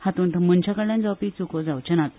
हातूंत मनशा कडल्यान जावपी चूको जावच्यो नात